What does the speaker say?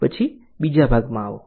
પછી બીજા ભાગમાં આવો